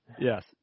Yes